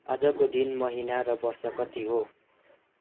आजको दिन महिना र वर्ष कति हो